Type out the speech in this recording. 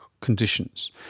conditions